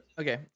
okay